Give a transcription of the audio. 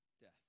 death